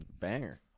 banger